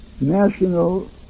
national